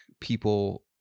people